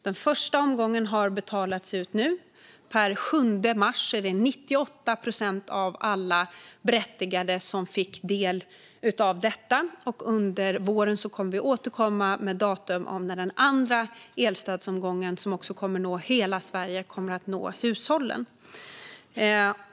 Den första omgången har betalats ut nu; per den 7 mars hade 98 procent av alla berättigade fått del av det stödet. Under våren kommer vi att återkomma med datum då den andra elstödsomgången, som också kommer att omfatta hela Sverige, kommer att nå hushållen.